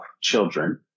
children